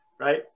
right